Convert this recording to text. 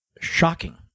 shocking